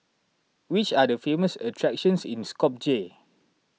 which are the famous attractions in Skopje